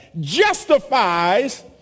justifies